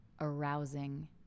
arousing